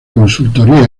consultoría